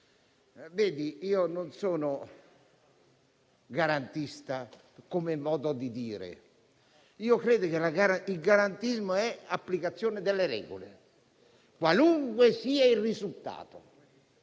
non sono garantista come modo di dire: credo che il garantismo sia applicazione delle regole, qualunque sia il risultato,